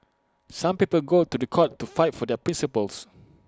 some people go to The Court to fight for their principles